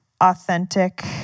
authentic